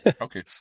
Okay